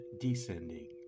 descending